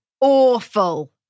Awful